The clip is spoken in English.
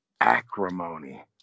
acrimony